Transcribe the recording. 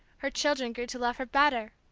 her children grew to love her better,